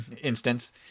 instance